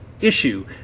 Issue